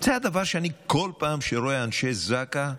כל פעם שאני רואה את אנשי זק"א,